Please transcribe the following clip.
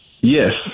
Yes